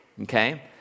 okay